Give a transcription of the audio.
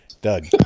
Doug